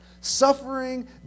Suffering